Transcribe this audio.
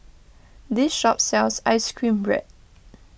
this shop sells Ice Cream Bread